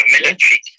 military